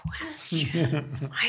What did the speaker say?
question